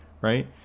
right